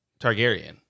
Targaryen